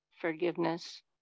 forgiveness